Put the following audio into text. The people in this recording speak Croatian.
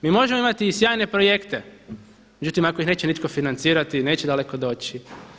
Mi možemo imati i sjajne projekte, međutim ako ih nitko neće nitko financirati neće daleko doći.